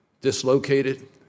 dislocated